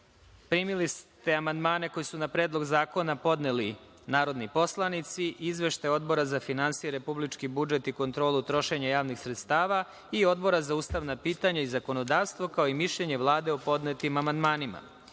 ste amandmane koje su na Predlog zakona podneli narodni poslanici i izveštaje Odbora za finansije, republički budžet i kontrolu trošenja javnih sredstava i Odbora za ustavna pitanja i zakonodavstvo, kao i mišljenje Vlade o podnetim amandmanima. Pošto